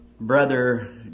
brother